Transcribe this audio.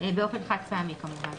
באופן חד פעמי כמובן.